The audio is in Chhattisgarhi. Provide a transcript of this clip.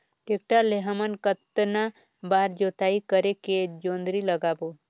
टेक्टर ले हमन कतना बार जोताई करेके जोंदरी लगाबो?